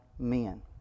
men